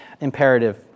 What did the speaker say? imperative